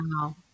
Wow